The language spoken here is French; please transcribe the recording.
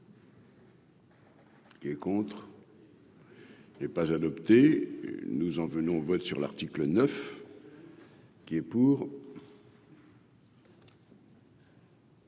Qui est contre. Il n'est pas adopté nous en venons au vote sur l'article 9. Qui est pour.